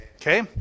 Okay